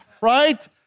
right